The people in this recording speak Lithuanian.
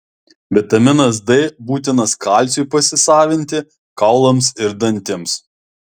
vitaminas d būtinas kalciui pasisavinti kaulams ir dantims